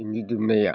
बेनि दुमनाया